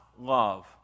Love